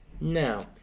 now